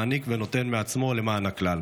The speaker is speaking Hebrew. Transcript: מעניק ונותן מעצמו למען הכלל.